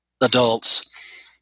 adults